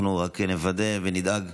אנחנו רק נוודא ונדאג.